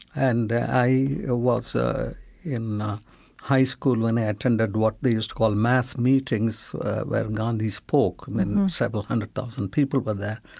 and i ah was ah in high school when i attended what they used to call mass meetings where gandhi spoke, when several hundred thousand people were there.